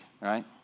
right